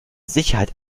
sicherheit